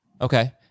Okay